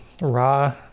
raw